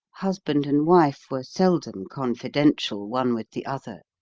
husband and wife were seldom confidential one with the other.